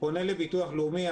פונה לביטוח הלאומי.